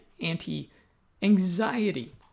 anti-anxiety